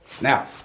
Now